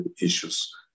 issues